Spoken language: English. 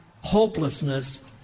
hopelessness